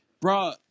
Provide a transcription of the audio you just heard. bro